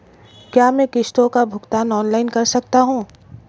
क्या मैं किश्तों का भुगतान ऑनलाइन कर सकता हूँ?